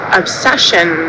obsession